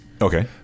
okay